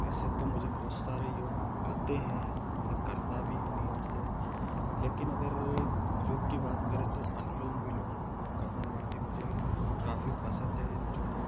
वैसे तो मुझे बहुत सारे योग आते हैं मैं करता भी हूँ नियम से लेकिन अगर योग की बात करें तो अनुलोम विलोम और कपाल भाती मुझे काफी पसंद है जो मैं